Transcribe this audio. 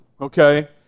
okay